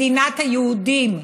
מדינת היהודים,